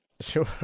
Sure